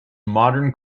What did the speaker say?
modern